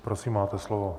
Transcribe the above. Prosím, máte slovo.